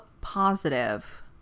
positive